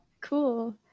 Cool